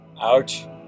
Ouch